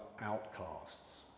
outcasts